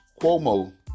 Cuomo